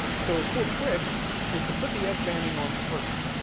so, a cool trick is to put the edge banding on first.